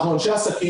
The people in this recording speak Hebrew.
אנחנו אנשי עסקים,